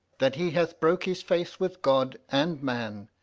that he hath broke his faith with god and man,